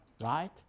right